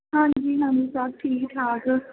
ਹਾਂਜੀ ਹਾਂਜੀ ਸਭ ਠੀਕ ਠਾਕ